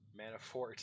Manafort